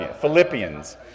Philippians